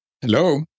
Hello